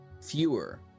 Fewer